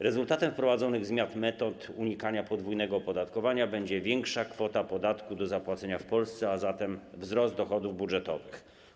Rezultatem wprowadzanych zmian w zakresie unikania podwójnego opodatkowania będzie większa kwota podatku do zapłacenia w Polsce, a zatem wzrost dochodów budżetowych.